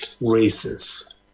races